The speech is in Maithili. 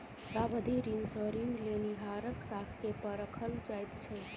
सावधि ऋण सॅ ऋण लेनिहारक साख के परखल जाइत छै